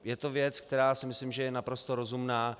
Je to věc, která si myslím, že je naprosto rozumná.